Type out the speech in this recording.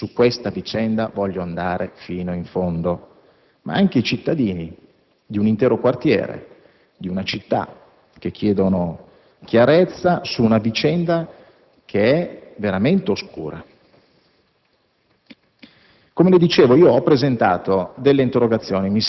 (che, peraltro, preannuncia l'ennesima interrogazione, perché su questa vicenda intende andare fino in fondo) ma anche i cittadini di un intero quartiere di una città, che chiedono chiarezza su un episodio veramente oscuro.